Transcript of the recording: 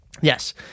Yes